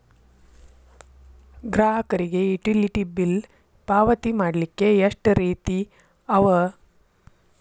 ಗ್ರಾಹಕರಿಗೆ utility bill ಪಾವತಿ ಮಾಡ್ಲಿಕ್ಕೆ ಎಷ್ಟ ರೇತಿ ಅವ?